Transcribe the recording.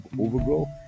overgrowth